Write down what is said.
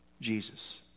Jesus